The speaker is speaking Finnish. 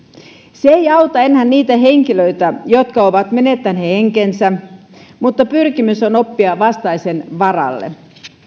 se ei auta enää niitä henkilöitä jotka ovat menettäneet henkensä mutta pyrkimys on oppia vastaisen varalle